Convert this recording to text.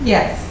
Yes